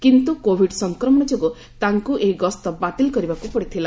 କିନ୍ତୁ କୋବିଡ ସଫକ୍ରମଣ ଯୋଗୁଁ ତାଙ୍କୁ ଏହି ଗସ୍ତ ବାତିଲ କରିବାକୁ ପଡ଼ିଥିଲା